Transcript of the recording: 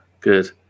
Good